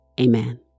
Amen